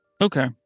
Okay